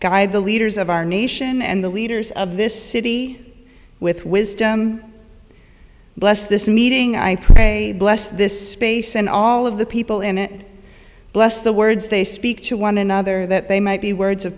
guide the leaders of our nation and the leaders of this city with wisdom bless this meeting i pray bless this space and all of the people in it blessed the words they speak to one another that they might be words of